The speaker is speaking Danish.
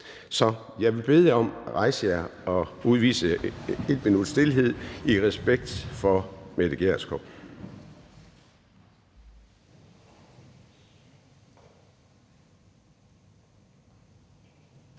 Jeg vil bede jer om at rejse jer og udvise 1 minuts stilhed i respekt for Mette Gjerskov.